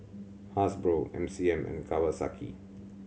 Hasbro M C M and Kawasaki